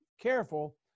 careful